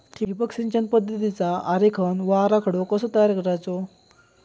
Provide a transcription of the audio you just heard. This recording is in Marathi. ठिबक सिंचन पद्धतीचा आरेखन व आराखडो कसो तयार करायचो?